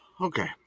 okay